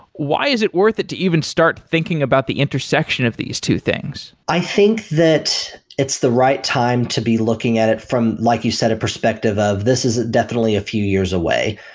why is it worth it to even start thinking about the intersection of these two things? i think that it's the right time to be looking at it from, like you said, a perspective of this is definitely a few years away.